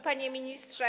Panie Ministrze!